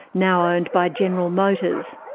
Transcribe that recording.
now owned by general motors.